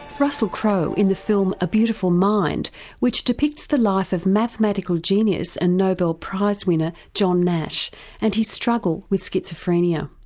russell crowe in the film a beautiful mind which depicts the life of mathematical genius and nobel prize winner john nash and his struggle with schizophrenia.